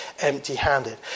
empty-handed